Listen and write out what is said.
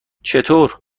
چطور